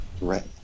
Right